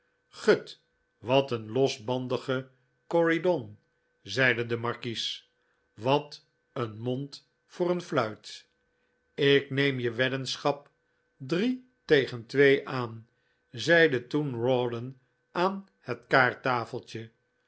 gut wat een losbandige corydon zeide de markies wat een mond voor eenfluit ik neem je weddingschap drie tegen twee aan zeide toen rawdon aan het